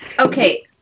Okay